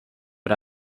but